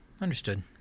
understood